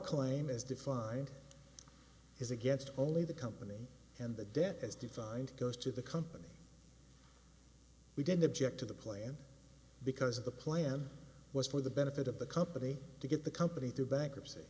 claim is defined is against only the company and the debt as defined goes to the company we didn't object to the plan because of the plan was for the benefit of the company to get the company through bankruptcy